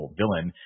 villain